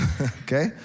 Okay